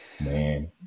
man